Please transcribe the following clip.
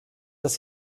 das